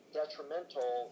detrimental